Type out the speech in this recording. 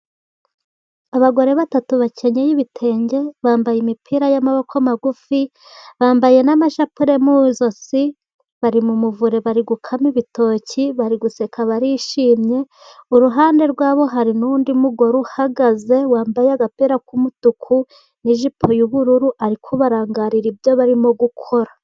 Abagore batatu bakenyeye ibitenge, bambaye imipira y'amaboko magufi, bambaye n'amashapule mu ijosi. Bari mu muvure, bari gukama ibitoki, bari guseka barishimye. Iruhande rwabo, hari n'undi mugore uhagaze wambaye agapira k'umutuku n'ijipo y'ubururu, ari kubarangarira ibyo barimo gukora.